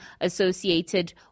associated